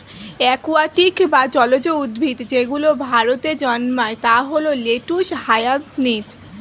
aquatic বা জলজ উদ্ভিদ যেগুলো ভারতে জন্মায় তা হল লেটুস, হায়াসিন্থ